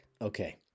Okay